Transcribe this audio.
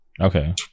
okay